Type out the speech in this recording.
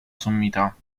sommità